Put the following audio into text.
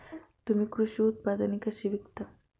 तुम्ही कृषी उत्पादने कशी विकता?